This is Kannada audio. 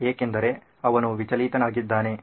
ಏಕೆಂದರೆ ಅವನು ವಿಚಲಿತನಾಗಿದ್ದಾನೆ